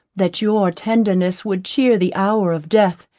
that your tenderness would cheer the hour of death,